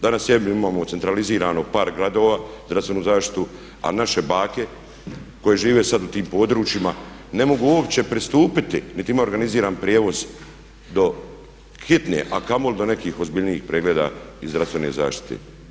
Da na sebi imamo centralizirano par gradova zdravstvenu zaštitu, a naše bake koje žive sad u tim područjima ne mogu uopće pristupiti niti imaju organiziran prijevoz do hitne, a kamoli do nekih ozbiljnijih pregleda i zdravstvene zaštite.